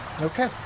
Okay